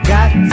Got